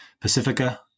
Pacifica